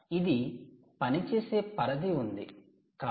ఇది పనిచేసే పరిధి ఉంది కాబట్టి